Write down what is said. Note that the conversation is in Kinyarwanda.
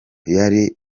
yari